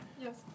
Yes